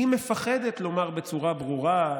היא מפחדת לומר בצורה ברורה,